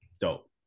Dope